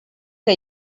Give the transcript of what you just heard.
que